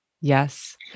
yes